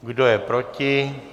Kdo je proti?